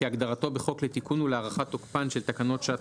כהגדרתו בחוק לתיקון ולהארכת תוקפן של תקנות שעת